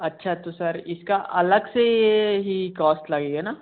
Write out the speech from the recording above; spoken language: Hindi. अच्छा तो सर इसका अलग से ये ही कॉस्ट लगेगा ना